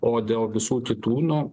o dėl visų kitų nu